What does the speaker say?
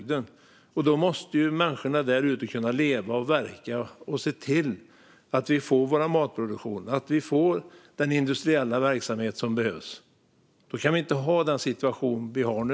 Därför måste människorna på landsbygden kunna leva och verka så att vi får matproduktion och den industriella verksamhet som behövs. Då kan vi inte ha den situation vi har nu.